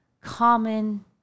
common